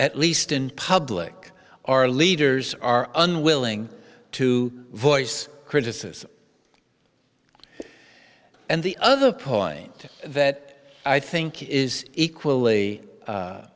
at least in public our leaders are unwilling to voice criticism and the other point that i think is equally